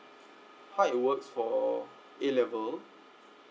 how it works for A level